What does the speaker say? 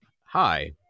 hi